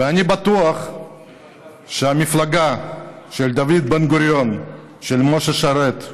ואני בטוח שהמפלגה של דוד בן-גוריון, של משה שרת,